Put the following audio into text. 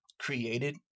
created